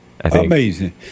Amazing